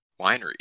wineries